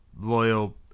loyal